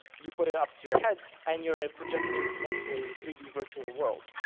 you put it up to your head and you're projecting into a three d virtual world,